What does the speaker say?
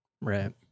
right